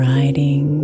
riding